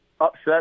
upset